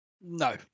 No